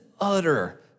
utter